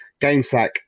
GameSack